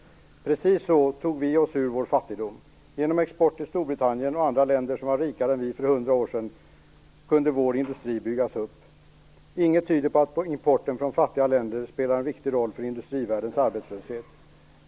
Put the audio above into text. Precis så tog vi oss ur vår fattigdom. Genom export till Storbritannien och andra länder som var rikare än vi för 100 år sedan kunde vår industri byggas upp. Inget tyder på att importen från fattiga länder spelar en viktig roll för industrivärldens arbetslöshet.